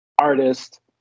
artist